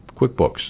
QuickBooks